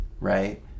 right